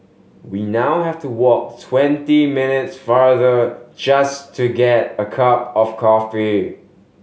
we now have to walk twenty minutes farther just to get a cup of coffee